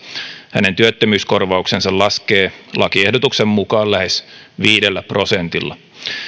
hänen työttömyyskorvauksensa laskee lakiehdotuksen mukaan lähes viidellä prosentilla